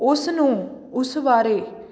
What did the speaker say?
ਉਸਨੂੰ ਉਸ ਬਾਰੇ